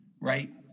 right